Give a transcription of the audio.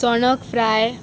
चोणक फ्राय